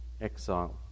exile